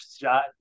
shot